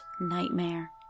nightmare